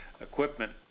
equipment